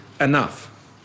enough